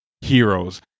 heroes